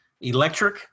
electric